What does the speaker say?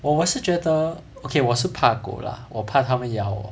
我是觉得 okay 我是怕狗 lah 我怕他们咬我